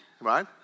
right